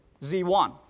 z1